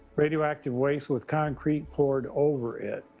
radioactive waste with concrete poured over it.